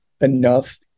enough